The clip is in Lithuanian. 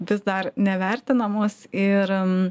vis dar nevertinamos ir